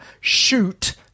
shoot